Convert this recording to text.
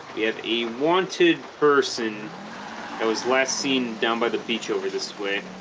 we have a wanted person that was last seen down by the beach over this way